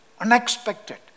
Unexpected